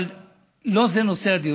אבל לא זה נושא הדיון,